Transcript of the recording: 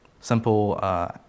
simple